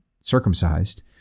circumcised